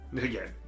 Again